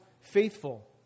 faithful